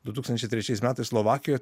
du tūkstančiai trečiais metais slovakijoj